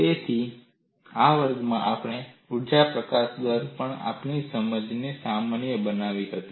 તેથી આ વર્ગમાં આપણે ઊર્જા પ્રકાશન દર પર આપણી સમજને સામાન્ય બનાવી હતી